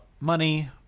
money